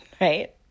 right